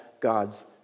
God's